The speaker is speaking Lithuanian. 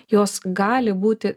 jos gali būti